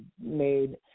made